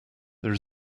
there